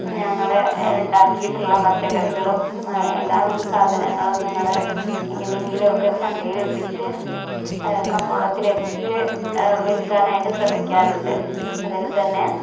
ഞങ്ങൾ ഉണ്ടാക്കിയിട്ടുള്ള പച്ചക്കറികളും എല്ലാ വിധ സാധനങ്ങളും ഞങ്ങള് എങ്ങനെയെങ്കിലുമൊക്കെ ചന്തയിൽ എത്തിച്ച് കമ്പോളത്തിൽ എത്തിച്ച് വിൽക്കാനായിട്ട് ശ്രമിക്കാറുണ്ട് അതില് തന്നെ